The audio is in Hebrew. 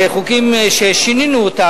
חוקים ששינינו אותם,